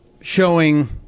showing